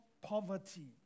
poverty